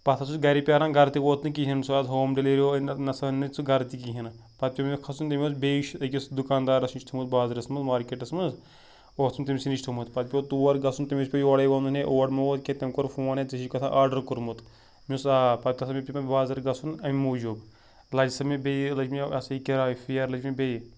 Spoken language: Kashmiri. پَتہٕ ہسا اوسُس گَرِ پیاران گَرٕ تہِ ووت نہٕ کِہیٖنۍ سُہ حظ ہوم ڈیلِوری نَسا أنۍ نہ ژٕ گَرٕ تہِ کِہیٖنۍ نہٕ پَتہٕ پیٚو مےٚ کھَسُن تٔمِۍ اوس بیٚیِس أکِس دُکاندارَس نِش تھومُت بازرَس منٛز مارکیٹَس منٛز اوس نہٕ تٔمِسٕے نِش تھوٚومُت پَتہٕ پیٚو تور گژھُن تٔمِس پیوٚو یورے ووٚنُو ہے اور مےٚ ووت کینٛہہ تٔمۍ کوٚر فون اے ژےٚ چھِی کَتھا آرڈَر کوٚرمُت مےٚ وُنُس آ پَتہٕ تَتھ پیٚو مےٚ بازَر گژھُن اَمہِ موٗجوٗب لَجہِ سا مےٚ بیٚیہِ لٔج مےٚ یہ سا یہ کِراے فِیر لٔج مےٚ بیٚیہِ